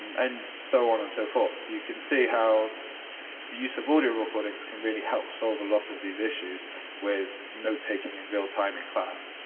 um and so on and so forth. you can see how the use of audio recordings can really help solve a lot of these issues with notetaking in real time in class.